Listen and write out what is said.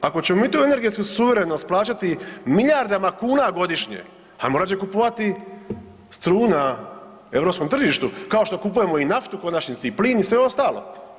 Ako ćemo mi tu energetsku suverenost plaćati milijardama kunama godišnje, ajmo radije kupovati struju na europskom tržištu kao što kupujemo i naftu u konačnici i plin i sve ostalo.